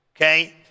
Okay